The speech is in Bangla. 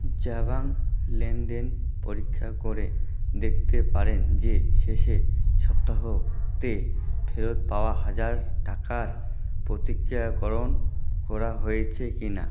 জ্যাভাং লেনদেন পরীক্ষা করে দেখতে পারেন যে শেষে সপ্তাহতে ফেরত পাওয়া হাজার টাকার প্রতিক্রিয়াকরণ করা হয়েছে কিনা